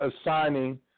assigning